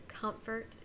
comfort